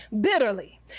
bitterly